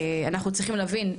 אנחנו צריכים להבין,